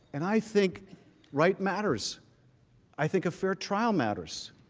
and i think right matters i think a fair trial matters